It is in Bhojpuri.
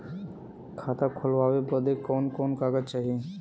खाता खोलवावे बादे कवन कवन कागज चाही?